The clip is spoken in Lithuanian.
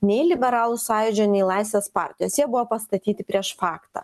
nei liberalų sąjūdžio nei laisvės partijos jie buvo pastatyti prieš faktą